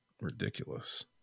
ridiculous